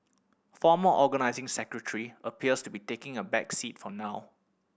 former Organising Secretary appears to be taking a back seat for now